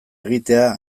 egitea